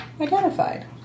identified